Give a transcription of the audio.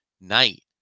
night